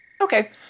Okay